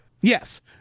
Yes